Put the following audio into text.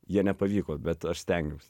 jie nepavyko bet aš stengiausi